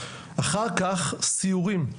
אחר כך סיורים,